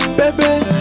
baby